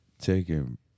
taking